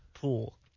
pool